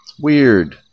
Weird